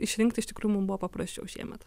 išrinkti iš tikrųjų mum buvo paprasčiau šiemet